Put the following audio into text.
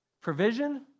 provision